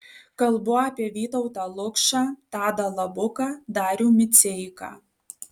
kalbu apie vytautą lukšą tadą labuką darių miceiką